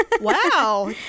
Wow